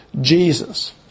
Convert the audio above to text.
Jesus